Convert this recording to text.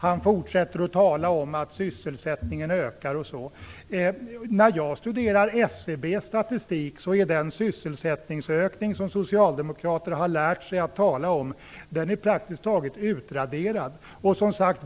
Han fortsätter att tala om att sysselsättningen ökar osv., men när jag studerar SCB:s statistik ser jag att den sysselsättningsökning som socialdemokrater har lärt sig att tala om praktiskt taget är utraderad.